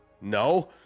No